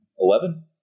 Eleven